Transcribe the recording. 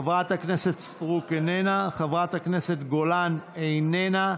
חברת הכנסת סטרוק, איננה, חברת הכנסת גולן, איננה.